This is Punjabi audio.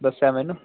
ਦੱਸਿਆ ਮੈਨੂੰ